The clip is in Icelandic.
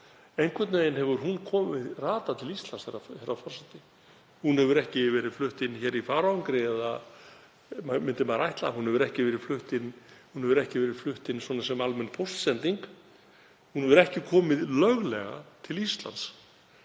Einhvern veginn hefur hún ratað til Íslands. Hún hefur ekki verið flutt inn í farangri, myndi maður ætla, hún hefur ekki verið flutt inn svona sem almenn póstsending. Hún hefur ekki komið löglega til Íslands.